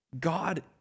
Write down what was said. God